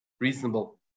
reasonable